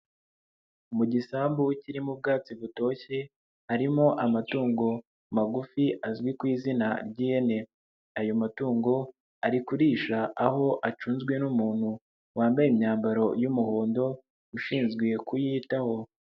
Mu gisambu kirimo ubwatsi butoshye harimo amatungo magufi azwi ku izina ry'ihene, ayo matungo ari kurisha aho acunzwe n'umuntu wambaye imyambaro y'umuhondo, ushinzwe kuyitaho.